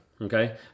okay